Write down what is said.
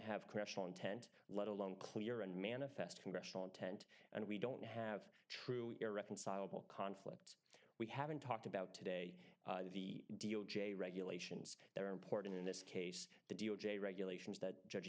have question intent let alone clear and manifest congressional intent and we don't have true irreconcilable conflict we haven't talked about today the d o j regulations that are important in this case the d o j regulations that judge